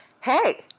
hey